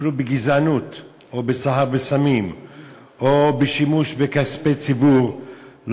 אפילו בגזענות או בסחר בסמים או בשימוש בכספי ציבור לא